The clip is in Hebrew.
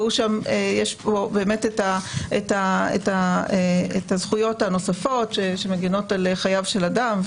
ויש פה את הזכויות הנוספות שמגנות על חייו של אדם,